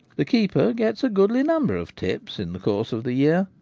the keeper gets a goodly number of tips in the course of the year,